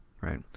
right